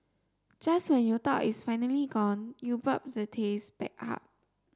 just when you thought it's finally gone you burp the taste back up